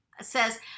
says